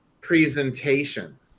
presentation